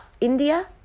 India